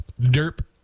derp